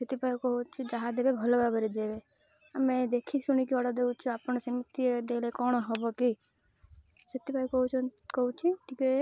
ସେଥିପାଇଁ କହୁଛି ଯାହା ଦେବେ ଭଲ ଭାବରେ ଦେବେ ଆମେ ଦେଖି ଶୁଣିକି ଅର୍ଡ଼ର ଦେଉଛୁ ଆପଣ ସେମିତି ଦେଲେ କଣ ହେବ କି ସେଥିପାଇଁ କହୁ କହୁଛି ଟିକେ